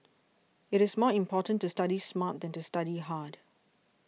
it is more important to study smart than to study hard